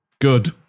Good